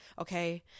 okay